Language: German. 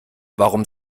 warum